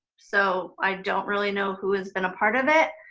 so i don't really know who has been a part of it.